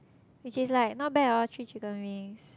which is like not bad loh three chicken wings